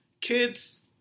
Kids